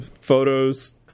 photos